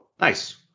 Nice